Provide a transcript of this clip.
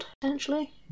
potentially